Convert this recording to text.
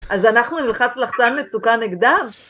אז אנחנו נלחץ לחצן מצוקה נגדה?